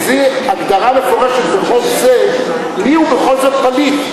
וזה הגדרה מפורשת בחוק: זה מי הוא בכל זאת פליט?